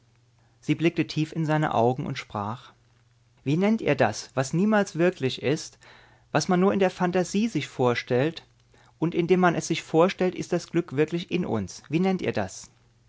sie blickte tief in seine augen und sprach wie nennt ihr das was niemals wirklich ist was man nur in der phantasie sich vorstellt und indem man es sich vorstellt ist das glück wirklich in uns wie nennt ihr das